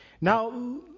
Now